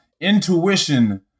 intuition